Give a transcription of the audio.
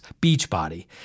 Beachbody